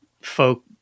folk